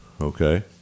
okay